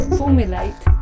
formulate